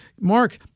Mark